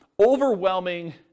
overwhelming